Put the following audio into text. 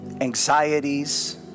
anxieties